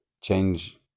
change